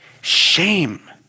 Shame